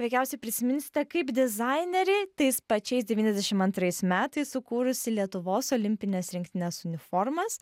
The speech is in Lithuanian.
veikiausiai prisiminsite kaip dizainerį tais pačiais devyniasdešim antrais metais sukūrusį lietuvos olimpinės rinktinės uniformas